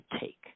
take